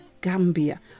Gambia